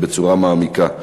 בצורה מעמיקה.